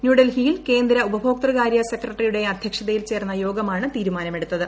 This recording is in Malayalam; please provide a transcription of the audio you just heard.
ന്യൂഡൽഹിയിൽ കേന്ദ്ര ഉപഭോക്തൃകാരൃ സെക്രട്ടറിയുടെ അധ്യക്ഷതയിൽ ചേർന്ന യോഗമാണ് തീരുമാനമെടുത്തത്